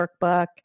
workbook